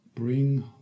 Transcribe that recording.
bring